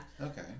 Okay